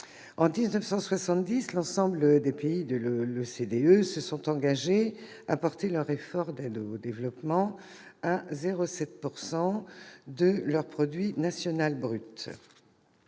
En 1970, les pays de l'OCDE se sont engagés à porter leur effort d'aide au développement à 0,7 % de leur produit national brut.